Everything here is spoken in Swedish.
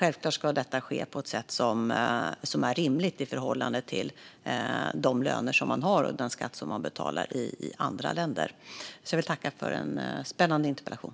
Självklart ska allt detta ske på ett sätt som är rimligt i förhållande till de löner man har och den skatt man betalar i andra länder. Jag vill tacka för en spännande interpellation.